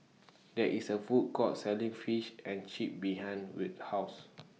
There IS A Food Court Selling Fish and Chips behind Wirt's House